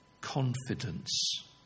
confidence